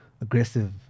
aggressive